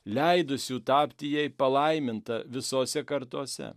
leidusių tapti jai palaiminta visose kartose